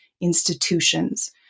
institutions